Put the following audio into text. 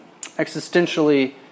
existentially